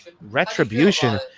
Retribution